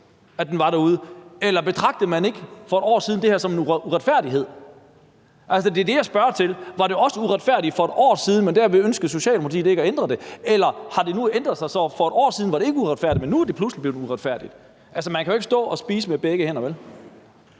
eller betragtede man ikke for et år siden det her som en uretfærdighed? Altså, det er det, jeg spørger til. Var det også uretfærdigt for et år siden, men der ønskede Socialdemokratiet ikke at ændre det? Eller har det nu ændret sig, sådan at det for et år siden ikke var uretfærdigt, men at det nu det pludselig er blevet uretfærdigt? Altså, man kan jo ikke stå og spise med begge hænder, vel?